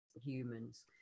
humans